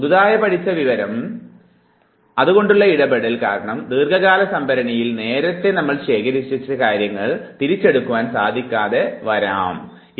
പുതിയതായി പഠിച്ച വിവരം കൊണ്ടുള്ള ഇടപെടൽ കാരണം ദീർഘകാല സംഭരണിയിൽ നേരത്തെ ശേഖരിച്ചുവെച്ച കാര്യങ്ങൾ ഇപ്പോൾ തിരിച്ചെടുക്കുവാൻ സാധിക്കാതെ വന്നിരിക്കുന്നു